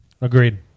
agreed